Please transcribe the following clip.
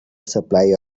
supply